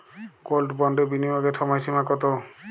Gold বন্ডে বিনিয়োগের সময়সীমা কতো?